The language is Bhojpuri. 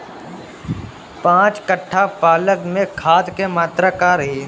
पाँच कट्ठा पालक में खाद के मात्रा का रही?